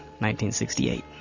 1968